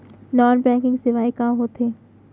Non banking सेवाएं का होथे?